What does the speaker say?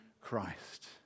Christ